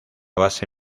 base